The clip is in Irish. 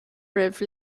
roimh